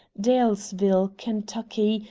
dalesville, kentucky,